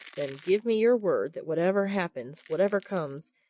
then give me your word that whatever happens, whatever comes,